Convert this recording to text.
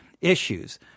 issues